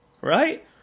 right